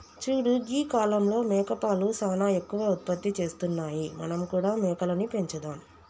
చూడు గీ కాలంలో మేకపాలు సానా ఎక్కువ ఉత్పత్తి చేస్తున్నాయి మనం కూడా మేకలని పెంచుదాం